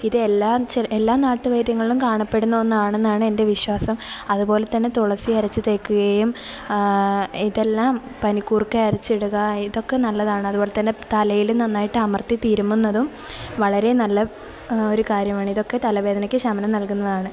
ഇത് എല്ലാ നാട്ടുവൈദ്യങ്ങളിലും കാണപ്പെടുന്ന ഒന്നാണെന്നാണ് എൻ്റെ വിശ്വാസം അതുപോലെ തന്നെ തുളസി അരച്ച് തേക്കുകയും ഇതെല്ലാം പനിക്കൂർക്ക അരച്ചിടുക ഇതൊക്കെ നല്ലതാണ് അതുപോലെ തന്നെ തലയില് നന്നായിട്ട് അമർത്തി തിരുമുന്നതും വളരെ നല്ല ഒരു കാര്യമാണ് ഇതൊക്കെ തലവേദനയ്ക്ക് ശമനം നൽകുന്നതാണ്